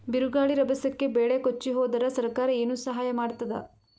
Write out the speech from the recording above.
ಬಿರುಗಾಳಿ ರಭಸಕ್ಕೆ ಬೆಳೆ ಕೊಚ್ಚಿಹೋದರ ಸರಕಾರ ಏನು ಸಹಾಯ ಮಾಡತ್ತದ?